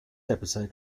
episode